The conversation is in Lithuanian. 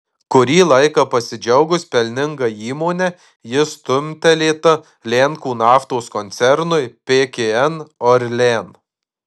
kurį laiką pasidžiaugus pelninga įmone ji stumtelėta lenkų naftos koncernui pkn orlen